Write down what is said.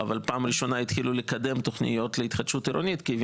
בפעם הראשונה התחילו לקדם תוכניות להתחדשות עירונית כי הן